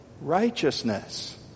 righteousness